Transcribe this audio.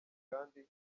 kandi